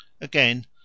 Again